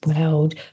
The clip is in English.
world